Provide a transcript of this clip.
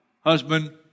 Husband